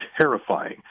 terrifying